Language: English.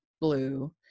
blue